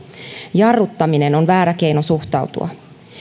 jarruttaminen on väärä keino suhtautua